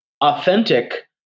authentic